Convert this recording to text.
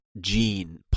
gene